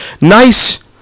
nice